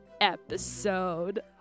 episode